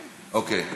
אוקיי,